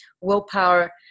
willpower